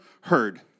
heard